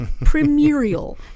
premierial